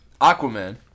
Aquaman